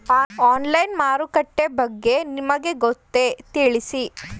Online ಮಾರುಕಟ್ಟೆ ಬಗೆಗೆ ನಿಮಗೆ ಗೊತ್ತೇ? ತಿಳಿಸಿ?